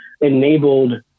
enabled